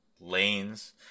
Lanes